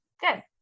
Good